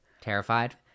terrified